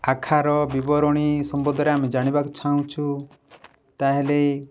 ଆକାର ବିବରଣୀ ସମ୍ବନ୍ଧରେ ଆମେ ଜାଣିବାକୁ ଚାହୁଁଛୁ ତା'ହେଲେ